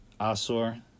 Asor